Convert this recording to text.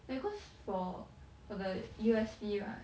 because for for the U_S_P right